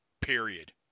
period